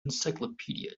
encyclopedia